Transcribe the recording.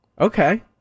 Okay